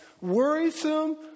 worrisome